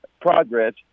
progress